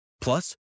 Plus